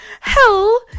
hell